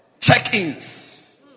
check-ins